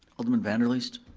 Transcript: alderman van der leest?